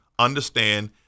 understand